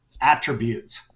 attributes